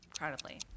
Incredibly